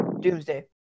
Doomsday